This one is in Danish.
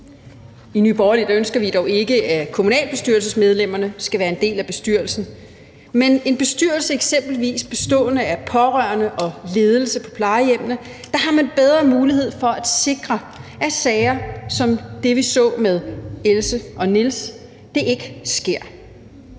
I Nye Borgerlige ønsker vi dog ikke, at kommunalbestyrelsesmedlemmerne skal være en del af bestyrelsen, men med en bestyrelse eksempelvis bestående af pårørende og ledelse på plejehjemmene har man bedre mulighed for at sikre, at sager som dem, vi så med Else og Niels, ikke sker.